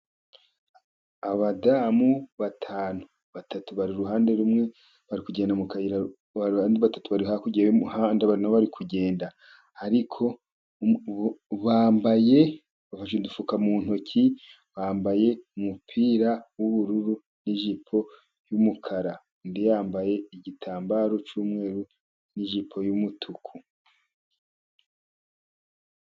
Abadamu batanu, batatu bari iruhande rumwe bari kugenda mu kayira, abandi batatu bari hakurya y'umuhanda nabo bari kugenda, ariko bambaye, bafashe udufuka mu ntoki, bambaye umupira w'ubururu n'ijipo y'umukara, undi yambaye igitambaro cy'umweru n'ijipo y'umutuku.